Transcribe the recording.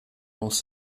aus